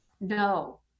no